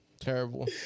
Terrible